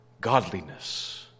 godliness